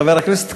חבר הכנסת קלפה,